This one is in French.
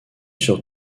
sur